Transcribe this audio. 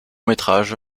métrage